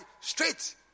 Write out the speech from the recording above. straight